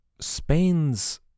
Spain's